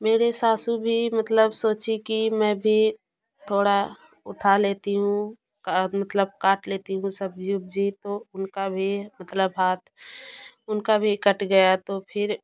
मेरे सासू भी मतलब सोची कि मैं भी थोड़ा उठा लेती हूँ का मतलब काट लेती हूँ सब्जी उब्जी तो उनका भी मतलब हाथ उनका भी कट गया तो फिर